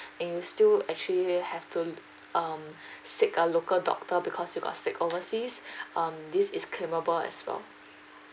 and you still actually have to um seek a local doctor because you got sick overseas um this is claimable as well